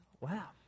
wow